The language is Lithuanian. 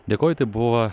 dėkoju tai buvo